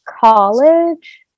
college